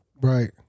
Right